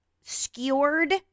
skewered